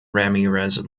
ramirez